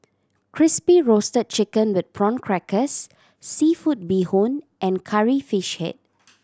Crispy Roasted Chicken with Prawn Crackers seafood bee hoon and Curry Fish Head